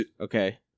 Okay